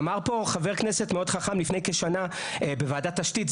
אמר פה חבר כנסת מאוד חכם לפני כשנה בוועדת תשתית,